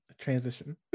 Transition